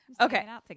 Okay